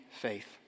faith